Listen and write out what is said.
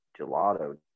gelato